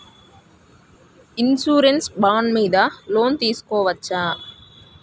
Insurance bond మీద loan తీస్కొవచ్చా?